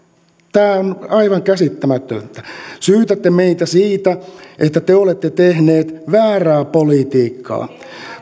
tämä on aivan käsittämätöntä syytätte meitä siitä että te olette tehneet väärää politiikkaa